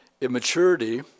immaturity